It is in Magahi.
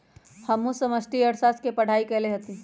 हमहु समष्टि अर्थशास्त्र के पढ़ाई कएले हति